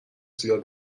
زیاد